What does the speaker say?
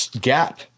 gap